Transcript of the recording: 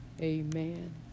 amen